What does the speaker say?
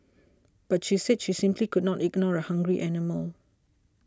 but she said she simply could not ignore a hungry animal